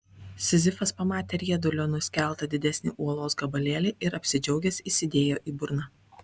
sizifas pamatė riedulio nuskeltą didesnį uolos gabalėlį ir apsidžiaugęs įsidėjo į burną